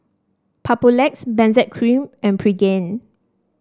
Papulex Benzac Cream and Pregain